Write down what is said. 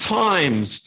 times